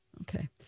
okay